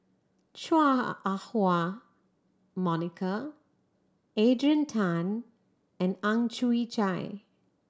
Chua Ah Huwa Monica Adrian Tan and Ang Chwee Chai